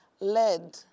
led